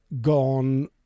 gone